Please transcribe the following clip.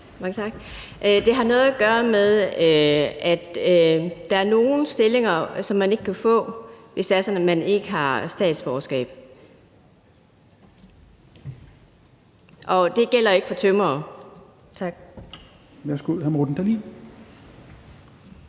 Det har noget at gøre med, at der er nogle stillinger, som man ikke kan få, hvis det er sådan, at man ikke har statsborgerskab, og det gælder ikke for tømrere.